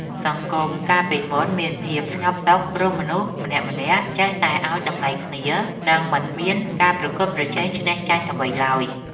សង្គមកាលពីមុនមានភាពស្ងប់សុខ ព្រោះមនុស្សម្នាក់ៗចេះឱ្យតម្លៃគ្នា និងមិនមានការប្រកួតប្រជែងឈ្នះចាញ់អ្វីឡើយ។